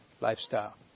lifestyle